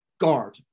guard